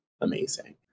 amazing